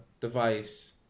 device